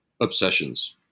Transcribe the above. obsessions